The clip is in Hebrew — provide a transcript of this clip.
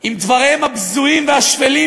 עם דבריהם הבזויים והשפלים,